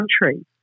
country